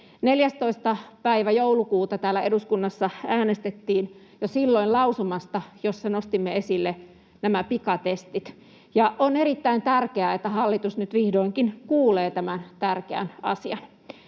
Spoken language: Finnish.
joulukuuta täällä eduskunnassa äänestettiin — jo silloin — lausumasta, jossa nostimme esille nämä pikatestit. On erittäin tärkeää, että hallitus nyt vihdoinkin kuulee tämän tärkeän asian.